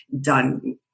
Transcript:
done